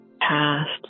past